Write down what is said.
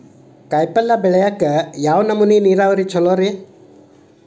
ಕಾಯಿಪಲ್ಯ ಬೆಳಿಯಾಕ ಯಾವ ನಮೂನಿ ನೇರಾವರಿ ಛಲೋ ರಿ?